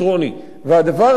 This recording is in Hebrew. עמיתי חברי הכנסת,